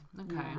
okay